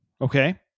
okay